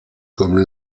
comme